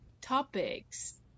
topics